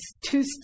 two